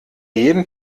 jeden